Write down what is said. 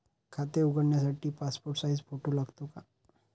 खाते उघडण्यासाठी passport size photo लागतो का?